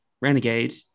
Renegade